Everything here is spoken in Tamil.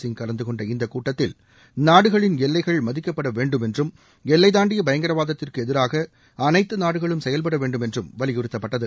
சிங் கலந்துகொண்ட இந்தக் கூட்டத்தில் நாடுகளின் எல்லைகள் மதிக்கப்பட வேண்டும் என்றும் எல்லை தாண்டிய பயங்கரவாதத்திற்கு எதிராக அனைத்து நாடுகளும் செயல்பட வேண்டும் என்றம் வலியுறுத்தப்பட்டது